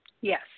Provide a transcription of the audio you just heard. Yes